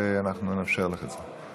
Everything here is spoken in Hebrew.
ואנחנו נאפשר לך את זה.